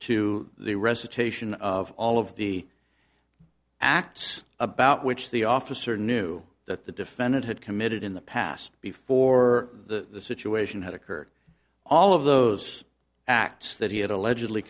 to the recitation of all of the acts about which the officer knew that the defendant had committed in the past before the situation had occurred all of those acts that he had allegedly